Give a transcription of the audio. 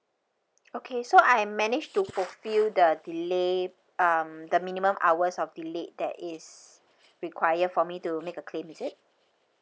okay so I managed to fulfil the delay um the minimum hours of delay that is required for me to make a claim is it